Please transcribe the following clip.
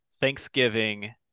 Thanksgiving